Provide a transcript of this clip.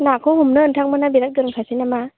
नाखौ हमनो नोंथां मोनहा बिराद गोरों थारसै नामा